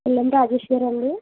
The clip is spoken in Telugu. పుల్లం రాజేష్ గారు అండి